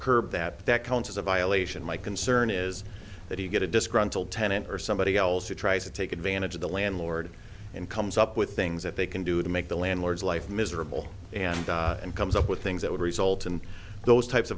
curb that that counts as a violation my concern is that you get a disgruntled tenant or somebody else who tries to take advantage of the landlord and comes up with things that they can do to make the landlord's life miserable and and comes up with things that would result in those types of